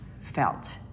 felt